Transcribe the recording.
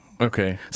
Okay